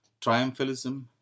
triumphalism